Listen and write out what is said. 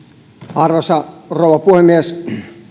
arvoisa rouva puhemies